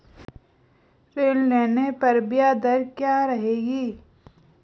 ऋण लेने पर ब्याज दर क्या रहेगी?